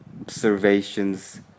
observations